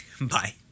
Bye